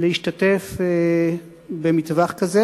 להשתתף במטווח כזה.